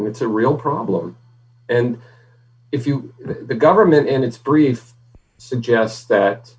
and it's a real problem and if you the government and its brief suggests that